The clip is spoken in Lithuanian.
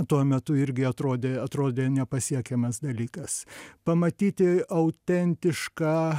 tuo metu irgi atrodė atrodė nepasiekiamas dalykas pamatyti autentišką